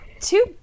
two